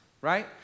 right